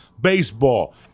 baseball